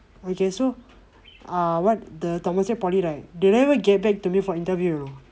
okay so ah what the temasek poly right they never get back to me for interview you know